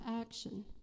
action